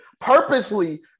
Purposely